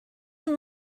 you